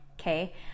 okay